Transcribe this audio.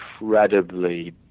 incredibly